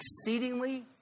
exceedingly